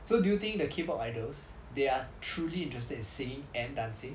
so do you think that K pop idols they are truly interested in singing and dancing